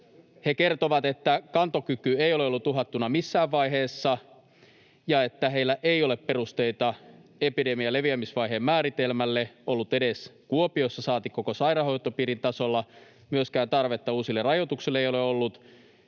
He kertovat, että kantokyky ei ole ollut uhattuna missään vaiheessa ja että heillä ei ole perusteita epidemian leviämisvaiheen määritelmälle ollut edes Kuopiossa, saati koko sairaanhoitopiiritasolla. Myöskään tarvetta uusille rajoituksille ei ole ollut.